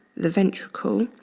the ventricle,